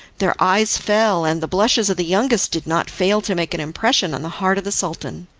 their eyes fell, and the blushes of the youngest did not fail to make an impression on the heart of the sultan.